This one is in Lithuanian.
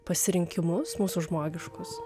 pasirinkimus mūsų žmogiškus